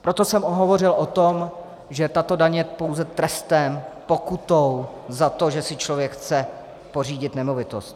Proto jsem hovořil o tom, že tato daň je pouze trestem, pokutou za to, že si člověk chce pořídit nemovitost.